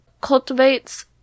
cultivates